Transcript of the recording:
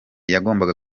yagombaga